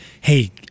hey